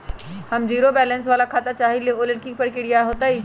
हम zero balance वाला खाता चाहइले वो लेल की की प्रक्रिया होतई?